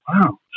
wow